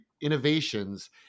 innovations